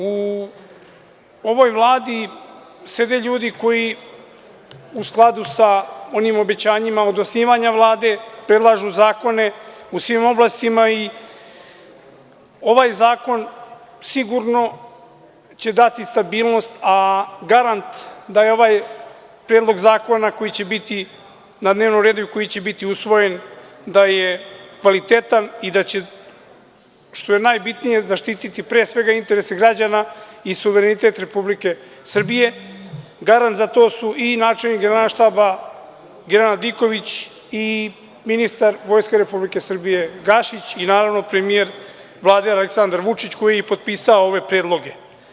U ovoj Vladi sede ljudi koji u skladu sa onim obećanjima od osnivanje Vlade predlažu zakone u svim oblastima i ovaj zakon će sigurno dati stabilnost, a garant da je ovaj predlog zakona, koji će biti na dnevnom redu i koji će biti usvojen, kvalitetan i da će, što je najbitnije, zaštiti pre svega interese građana i suverenitet Republike Srbije, garant za to su i načelnik Generalštaba, general Diković i ministar Vojske Republike Srbije, Gašić i, naravno, premijer Vlade, Aleksandar Vučić, koji je i potpisao ove predloge.